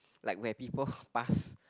like where people pass